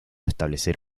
establecer